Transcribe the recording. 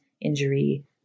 injury